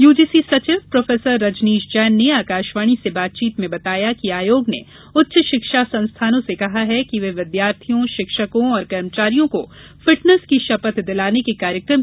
UGC सचिव professor Rajneesh Jain ने आकाशवाणी से बातचीत में बताया कि आयोग ने उच्ची शिक्षा संस्थाानों से कहा है कि वे विद्यार्थियों शिक्षकों और कर्मचारियों को फिटनेस की शपथ दिलाने के कार्यक्रम की तैयारियां करने को कहा है